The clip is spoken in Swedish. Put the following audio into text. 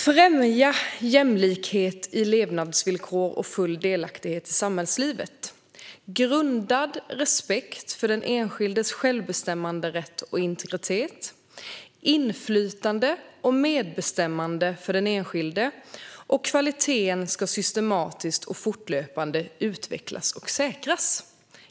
Fru talman! "Främja jämlikhet i levnadsvillkor och full delaktighet i samhällslivet." "Grundad på respekt för den enskildes självbestämmanderätt och integritet." "Den enskilde skall ges . inflytande och medbestämmande över insatser som ges." "Kvaliteten i verksamheten skall systematiskt och fortlöpande utvecklas och säkras."